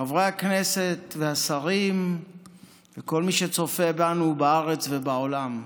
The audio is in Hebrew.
חברי הכנסת והשרים וכל מי שצופה בנו בארץ ובעולם,